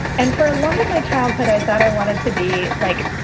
and for a lot of my childhood i thought i wanted to be like,